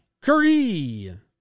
Curry